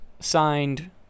Signed